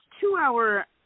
two-hour